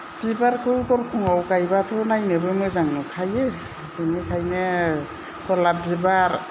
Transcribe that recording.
बिबारखौ दरखंआव गायबाथ' नायनोबो मोजां नुखायो बेनिखायनो गलाप बिबार